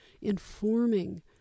informing